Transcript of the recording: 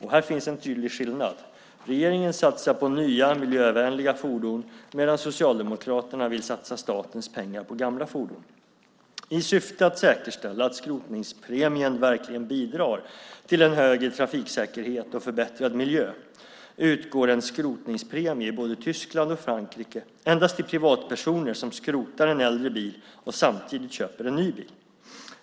Här finns en tydlig skillnad; regeringen satsar på nya miljövänliga fordon medan Socialdemokraterna vill satsa statens pengar på gamla fordon. I syfte att säkerställa att skrotningspremien verkligen bidrar till en högre trafiksäkerhet och förbättrad miljö utgår en skrotningspremie i både Tyskland och Frankrike endast till privatpersoner som skrotar en äldre bil och samtidigt köper en ny bil.